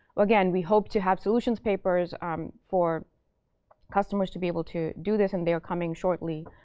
again, we hope to have solutions papers um for customers to be able to do this. and they're coming shortly.